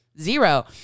Zero